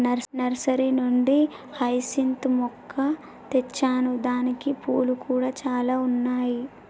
nursery నుండి hyacinth మొక్క తెచ్చాను దానికి పూలు కూడా చాల ఉన్నాయి